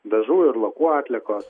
dažų ir lakų atliekos